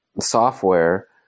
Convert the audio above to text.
software